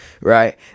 right